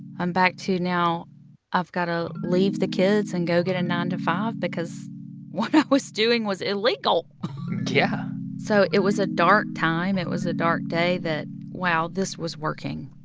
i'm back to now i've got to leave the kids and go get a nine to five because what i was doing was illegal yeah so it was a dark time. it was a dark day that wow, this was working.